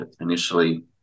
initially